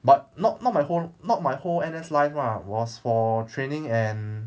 but not not my whole not my whole N_S life ah was for training and